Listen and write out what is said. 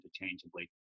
interchangeably